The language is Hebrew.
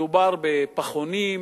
מדובר בפחונים,